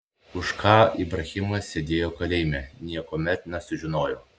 už ką ibrahimas sėdėjo kalėjime niekuomet nesužinojau